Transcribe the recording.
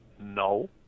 no